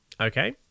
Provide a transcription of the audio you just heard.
Okay